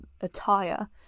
attire